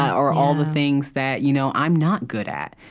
or all the things that you know i'm not good at.